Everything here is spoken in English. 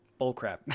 bullcrap